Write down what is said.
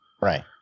right